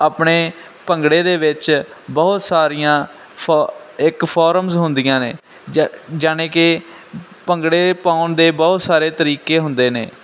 ਆਪਣੇ ਭੰਗੜੇ ਦੇ ਵਿੱਚ ਬਹੁਤ ਸਾਰੀਆਂ ਫੋ ਇੱਕ ਫੋਰਮਸ ਹੁੰਦੀਆਂ ਨੇ ਜ ਜਾਨੀ ਕਿ ਭੰਗੜੇ ਪਾਉਣ ਦੇ ਬਹੁਤ ਸਾਰੇ ਤਰੀਕੇ ਹੁੰਦੇ ਨੇ